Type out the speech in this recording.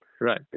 Right